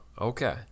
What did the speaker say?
okay